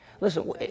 Listen